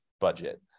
budget